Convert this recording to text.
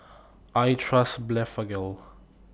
I Trust Blephagel